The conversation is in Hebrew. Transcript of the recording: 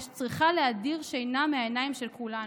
צריכה להדיר שינה מהעיניים של כולנו.